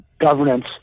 governance